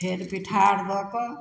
फेर पीठार दऽ कऽ